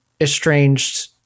estranged